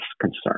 concern